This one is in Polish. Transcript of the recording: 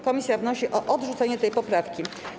Komisja wnosi o odrzucenie tej poprawki.